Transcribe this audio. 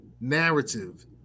narrative